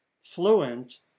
fluent